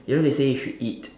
you know they say if you eat